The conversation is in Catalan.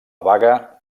baga